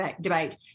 debate